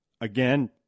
again